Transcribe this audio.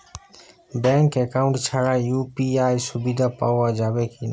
Bank account ছাড়া UPI সুবিধা পাওয়া যাবে কি না?